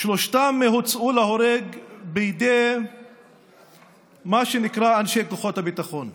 שלושתם הוצאו להורג בידי מה שנקרא "אנשי כוחות הביטחון".